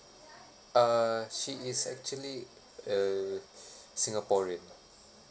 uh she is actually a singaporean